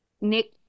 Nick